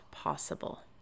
possible